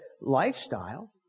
lifestyle